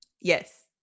yes